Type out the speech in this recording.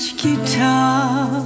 guitar